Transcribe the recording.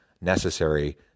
necessary